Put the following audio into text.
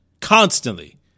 Constantly